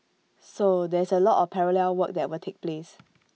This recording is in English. so there is A lot of parallel work that will take place